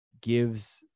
gives